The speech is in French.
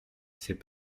c’est